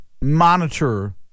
monitor